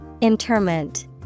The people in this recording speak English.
Interment